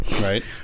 Right